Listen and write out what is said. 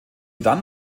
dann